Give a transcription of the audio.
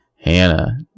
Hannah